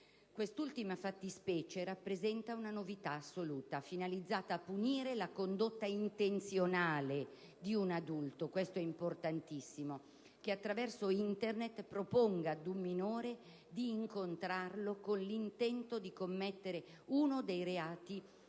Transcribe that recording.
Quest'ultima fattispecie rappresenta una novità assoluta, finalizzata a punire la condotta intenzionale di un adulto - questo è importantissimo - che attraverso Internet proponga a un minore di incontrarlo con l'intento di commettere uno dei reati che